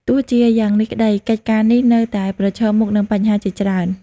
ទោះជាយ៉ាងនេះក្តី កិច្ចការនេះនៅតែប្រឈមមុខនឹងបញ្ហាជាច្រើន។